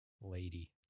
Lady